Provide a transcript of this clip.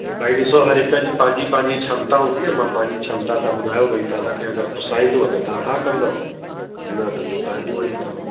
भाई ॾिसो हर हिकु जी पंहिंजी पंहिंजी क्षमता हूंदी आहे मां पंहिंजी क्षमता सां ॿुधायो भाई तव्हांखे अगरि पुसाईंदो त तव्हां हा कंदव न त पोइ तव्हांजी मर्ज़ी अथव